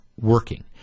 working